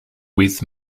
with